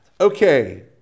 Okay